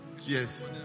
Yes